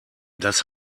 das